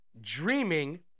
dreaming